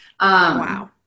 Wow